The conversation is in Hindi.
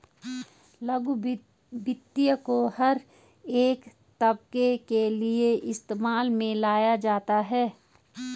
लघु वित्त को हर एक तबके के लिये इस्तेमाल में लाया जाता है